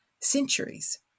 centuries